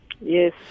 Yes